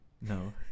no